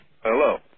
Hello